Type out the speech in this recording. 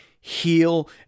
heal